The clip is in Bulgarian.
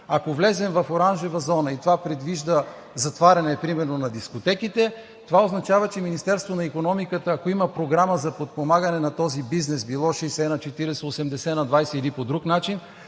Ако влезем в оранжевата зона и това предвижда примерно затваряне на дискотеките, това означава, че Министерството на икономиката, ако има програма за подпомагане на този бизнес – било 60/40, 80/20 или по друг начин,